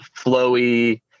flowy